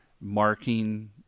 marking